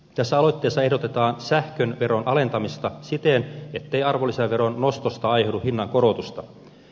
tässä aloitteessa ehdotetaan sähkön veron alentamista siten ettei arvonlisäveron nostosta aiheudu hinnankorotusta